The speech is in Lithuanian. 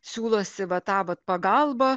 siūlosi va tą vat pagalbą